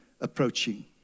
approaching